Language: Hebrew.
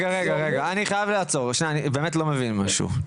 אני חייב לעצור, אני לא מבין משהו.